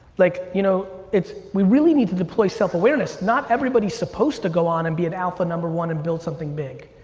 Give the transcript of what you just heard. like you know we really need to deploy self-awareness. not everybody is supposed to go on and be at alpha number one and build something big.